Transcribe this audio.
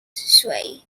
sway